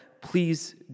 please